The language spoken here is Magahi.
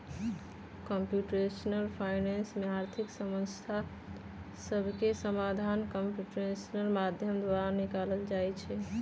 कंप्यूटेशनल फाइनेंस में आर्थिक समस्या सभके समाधान कंप्यूटेशनल माध्यम द्वारा निकालल जाइ छइ